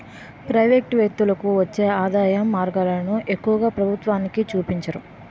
private వ్యక్తులకు వచ్చే ఆదాయం మార్గాలను ఎక్కువగా ప్రభుత్వానికి చూపించరు